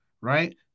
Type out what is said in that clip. right